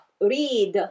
read